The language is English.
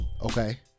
Okay